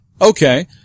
Okay